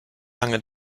lange